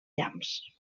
llamps